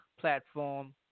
platform